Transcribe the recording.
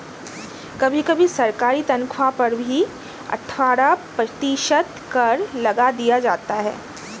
कभी कभी सरकारी तन्ख्वाह पर भी अट्ठारह प्रतिशत कर लगा दिया जाता है